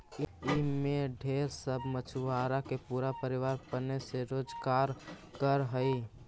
ई में ढेर सब मछुआरा के पूरा परिवार पने से रोजकार कर हई